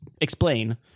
explain